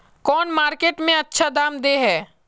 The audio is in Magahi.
कौन मार्केट में अच्छा दाम दे है?